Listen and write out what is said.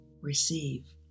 receive